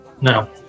No